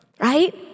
Right